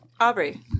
Aubrey